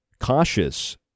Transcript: cautious